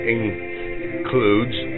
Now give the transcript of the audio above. includes